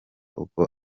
uko